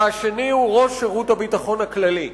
והשני הוא ראש שירות הביטחון הכללי.